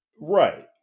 Right